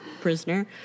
prisoner